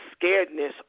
scaredness